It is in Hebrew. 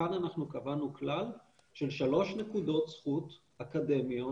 כאן אנחנו קבענו כלל של שלוש נקודות זכות אקדמיות,